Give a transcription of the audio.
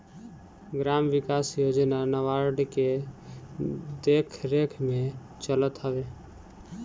gram विकास योजना NABARD के देखरेख में चलत हवे